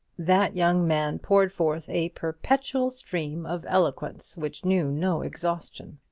that young man poured forth a perpetual stream of eloquence, which knew no exhaustion.